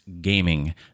gaming